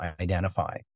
identify